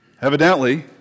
Evidently